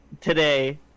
today